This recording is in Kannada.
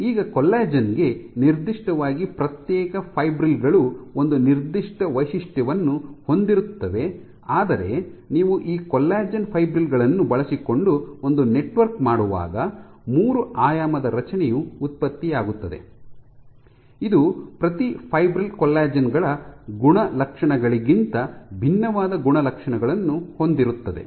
ಈಗ ಕೊಲ್ಲಾಜೆನ್ ಗೆ ನಿರ್ದಿಷ್ಟವಾಗಿ ಪ್ರತ್ಯೇಕ ಫೈಬ್ರಿಲ್ ಗಳು ಒಂದು ನಿರ್ದಿಷ್ಟ ವೈಶಿಷ್ಟ್ಯವನ್ನು ಹೊಂದಿರುತ್ತವೆ ಆದರೆ ನೀವು ಈ ಕೊಲ್ಲಾಜೆನ್ ಫೈಬ್ರಿಲ್ ಗಳನ್ನು ಬಳಸಿಕೊಂಡು ಒಂದು ನೆಟ್ವರ್ಕ್ ಮಾಡುವಾಗ ಮೂರು ಆಯಾಮದ ರಚನೆಯು ಉತ್ಪತ್ತಿಯಾಗುತ್ತದೆ ಇದು ಪ್ರತಿ ಫೈಬ್ರಿಲ್ ಕೊಲ್ಲಜೆನ್ ಗಳ ಗುಣಲಕ್ಷಣಗಳಿಗಿಂತ ಭಿನ್ನವಾದ ಗುಣಲಕ್ಷಣಗಳನ್ನು ಹೊಂದಿರುತ್ತದೆ